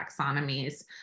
taxonomies